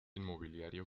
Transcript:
inmobiliario